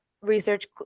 research